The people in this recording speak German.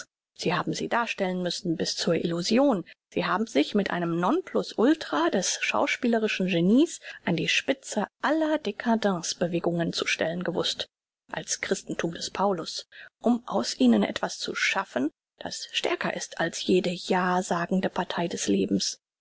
sie haben sie darstellen müssen bis zur illusion sie haben sich mit einem non plus ultra des schauspielerischen genie's an die spitze aller dcadence bewegungen zu stellen gewußt als christentum des paulus um aus ihnen etwas zu schaffen das stärker ist als jede ja sagende partei des lebens